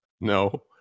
No